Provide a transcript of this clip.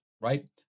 right